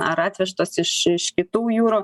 ar atvežtos iš iš kitų jūrų